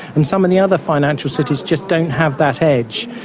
and some of the other financial cities just don't have that edge,